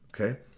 okay